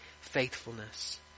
faithfulness